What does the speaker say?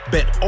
Bet